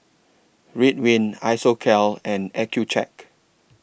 Ridwind Isocal and Accucheck